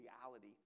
reality